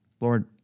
Lord